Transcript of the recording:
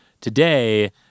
today